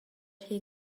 rhy